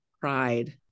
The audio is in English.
pride